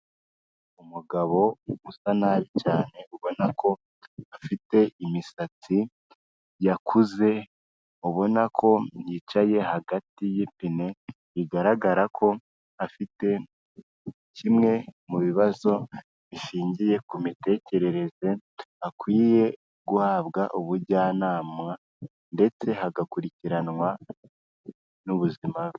Umugabo usa nabi cyane ubona ko afite imisatsi yakuze ubona ko yicaye hagati y'ipine, bigaragara ko afite kimwe mu bibazo bishingiye ku mitekerereze, akwiye guhabwa ubujyanama ndetse hagakurikiranwa n'ubuzima.